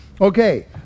Okay